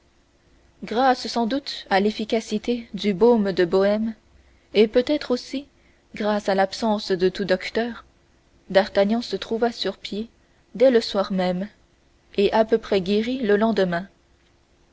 grâce sans doute à l'efficacité du baume de bohême et peut-être aussi grâce à l'absence de tout docteur d'artagnan se trouva sur pied dès le soir même et à peu près guéri le lendemain